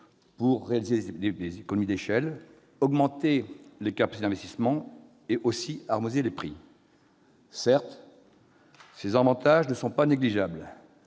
de réaliser des économies d'échelle, d'augmenter les capacités d'investissement et ainsi d'harmoniser les prix. Certes, ces avantages ne sont pas négligeables,